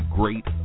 great